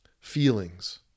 Feelings